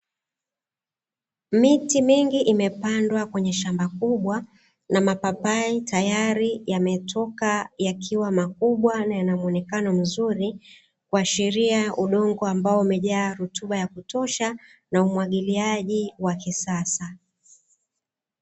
Miti mingi imepandwa kwenye shamba kubwa na mapapai tayari yametoka yakiwa makubwa na yana mwonekano mzuri, kuashiria udongo ambao umejaa rutuba ya kutosha na umwagilijia wa kisasa.